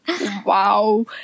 Wow